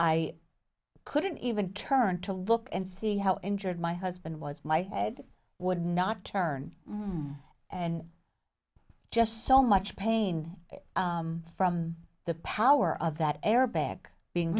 i couldn't even turn to look and see how injured my husband was my head would not turn and just so much pain from the power of that airbag being